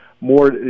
more